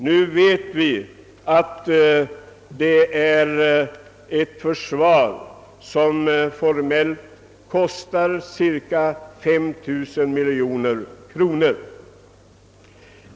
Nu vet vi att vårt försvar formellt kostar cirka 5 000 miljoner kronor.